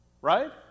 right